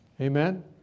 Amen